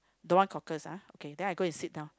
don't want cockles ah okay then I go and sit down